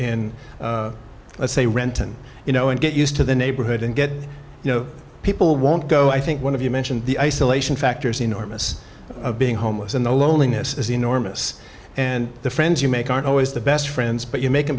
in say renton you know and get used to the neighborhood and get you know people won't go i think one of you mentioned the isolation factors enormous of being homeless and the loneliness is enormous and the friends you make aren't always the best friends but you make